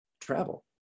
travel